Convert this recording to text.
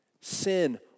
Sin